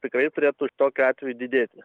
tikrai turėtų tokiu atveju didėti